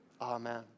Amen